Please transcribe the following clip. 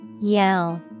yell